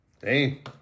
hey